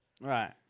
Right